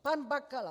Pan Bakala.